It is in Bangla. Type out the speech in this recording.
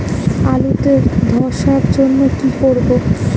আলুতে ধসার জন্য কি করব?